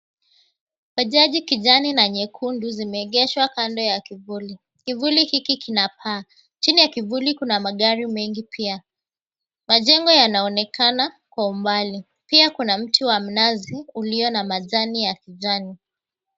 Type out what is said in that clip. Bajaji kijani na nyekundu zimegeshwa kando ya kivuli. Kivuli hiki kinapaa. Chini ya kivuli kuna magari mengi pia. Majengo yanaonekana kwa umbali. Pia kuna mti wa mnazi ulio na majani ya kijani.